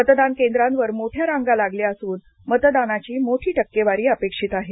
मतदान केंद्रांवर मोठ्या रांगा लागल्या असून मतदानाची मोठी टक्केवारी अपेक्षित आहे